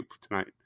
tonight